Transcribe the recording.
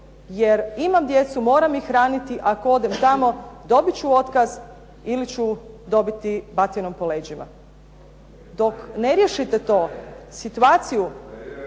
jer imam djecu, moram ih hraniti. Ako odem tamo dobit ću otkaz ili ću dobiti batinom po leđima. Dok ne riješite situaciju